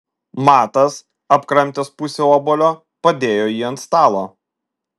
matas apkramtęs pusę obuolio padėjo jį ant stalo